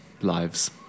lives